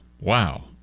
wow